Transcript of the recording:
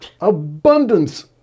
abundance